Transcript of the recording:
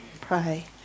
Pray